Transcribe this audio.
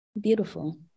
Beautiful